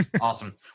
Awesome